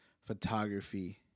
photography